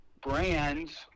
brands